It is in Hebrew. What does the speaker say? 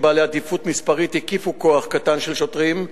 בעלי עדיפות מספרית הקיפו כוח קטן של שוטרים,